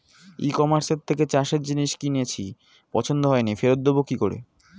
ই কমার্সের থেকে চাষের জিনিস কিনেছি পছন্দ হয়নি ফেরত দেব কী করে?